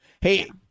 Hey